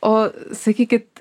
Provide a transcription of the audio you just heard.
o sakykit